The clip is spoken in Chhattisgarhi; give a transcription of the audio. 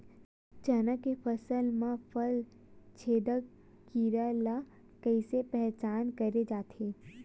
चना के फसल म फल छेदक कीरा ल कइसे पहचान करे जाथे?